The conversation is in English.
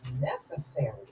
necessary